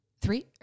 Three